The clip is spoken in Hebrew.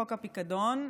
חוק הפיקדון,